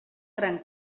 gran